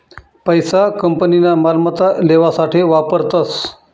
पैसा कंपनीना मालमत्ता लेवासाठे वापरतस